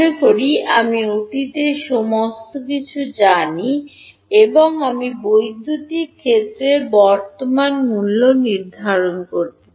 মনে করি আমি অতীতের সমস্ত কিছু জানি এবং আমি বৈদ্যুতিক ক্ষেত্রের বর্তমান মূল্য নির্ধারণ করতে চাই